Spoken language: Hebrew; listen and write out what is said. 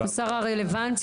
מעונות יום עבודה.